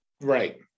Right